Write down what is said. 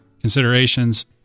considerations